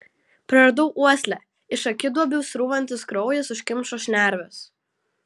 praradau uoslę iš akiduobių srūvantis kraujas užkimšo šnerves